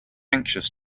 anxious